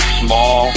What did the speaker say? small